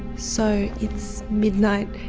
so it's midnight,